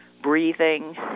Breathing